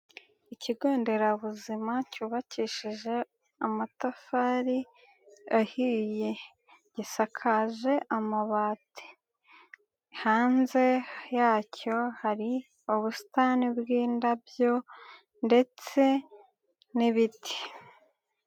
Ikigo nderabuzima cyubakishije amatafari ahiye, gisakaje amabati. Hanze yacyo hari ubusitani bw'indabyo ndetse n'ibiti.